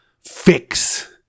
fix